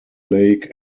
lake